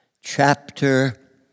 Chapter